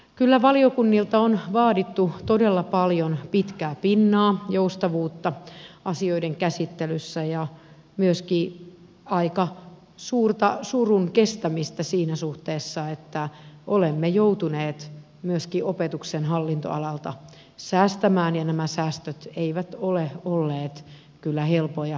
kyllä valiokunnilta on vaadittu todella paljon pitkää pinnaa joustavuutta asioiden käsittelyssä ja myöskin aika suurta surun kestämistä siinä suhteessa että olemme joutuneet myöskin opetuksen hallintoalalta säästämään ja nämä säästöt eivät ole olleet kyllä helppoja kestettäviä